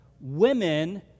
women